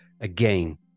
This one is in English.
again